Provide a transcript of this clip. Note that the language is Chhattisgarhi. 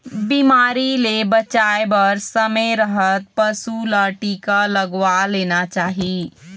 बिमारी ले बचाए बर समे रहत पशु ल टीका लगवा लेना चाही